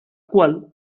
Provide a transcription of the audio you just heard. cual